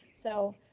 so